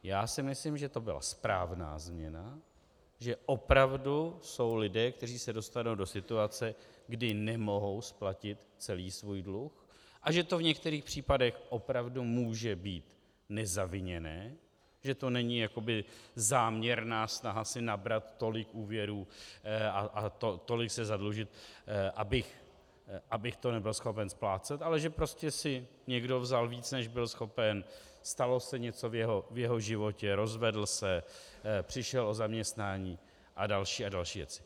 Já si myslím, že to byla správná změna, že opravdu jsou lidé, kteří se dostanou do situace, kdy nemohou splatit celý svůj dluh, a že to v některých případech opravdu může být nezaviněné, že to není jakoby záměrná snaha si nabrat tolik úvěrů a tolik se zadlužit, abych to nebyl schopen splácet, ale že prostě si někdo vzal více, než byl schopen, stalo se něco v jeho životě, rozvedl se, přišel o zaměstnání a další a další věci.